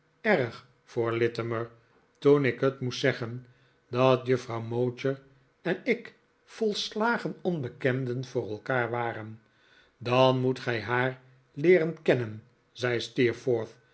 erg voor littimer toen ik het moest zeggen dat juffrouw mowcher en ik volslagen onbekenden voor elkaar waren dan moet gij haar leeren kennen zei